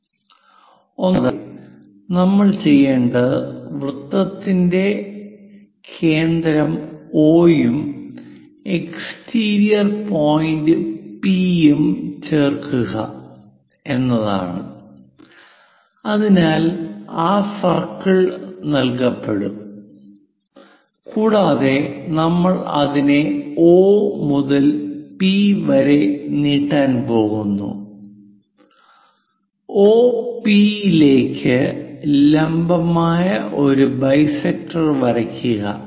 ഒന്നാമതായി നമ്മൾ ചെയ്യേണ്ടത് വൃത്തത്തിന്റെ കേന്ദ്രം O യും എക്സ്റ്റീരിയർ പോയിന്റ് P യും ചേർക്കുക എന്നതാണ് അതിനാൽ ആ സർക്കിൾ നൽകപ്പെടും കൂടാതെ നമ്മൾ അതിനെ O മുതൽ P വരെ നീട്ടാൻ പോകുന്നു ഒപി യിലേക്ക് ലംബമായ ഒരു ബൈസെക്ടർ വരയ്ക്കുക